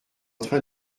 train